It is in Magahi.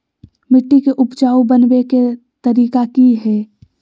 मिट्टी के उपजाऊ बनबे के तरिका की हेय?